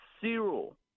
zero